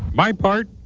my part,